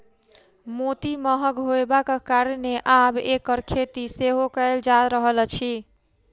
मोती महग होयबाक कारणेँ आब एकर खेती सेहो कयल जा रहल अछि